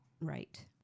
Right